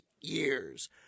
years